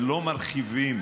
ולא מרחיבים